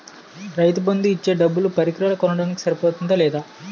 రైతు బందు ఇచ్చే డబ్బులు పరికరాలు కొనడానికి సరిపోతుందా లేదా?